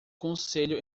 conselho